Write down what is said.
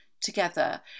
Together